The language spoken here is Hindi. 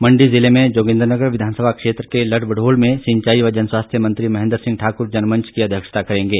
मंडी जिले में जोगिन्द्रनगर विधानसभा क्षेत्र के लडभडोल में सिंचाई व जनस्वास्थ्य मंत्री महेंद्र सिंह ठाकुर जनमंच की अध्यक्षता करेंगे